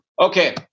okay